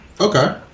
Okay